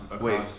Wait